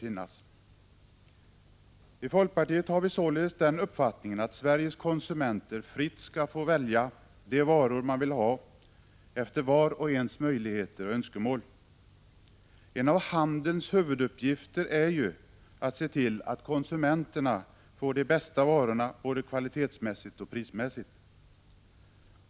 I folkpartiet har vi således den uppfattningen att Sveriges konsumenter fritt skall få välja de varor man vill ha efter var och ens möjligheter och önskemål. En av handelns huvuduppgifter är ju att se till att konsumenterna får de bästa varorna både kvalitetsmässigt och prismässigt.